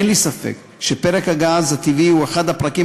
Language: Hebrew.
אין לי ספק שפרק הגז הטבעי הוא אחד הפרקים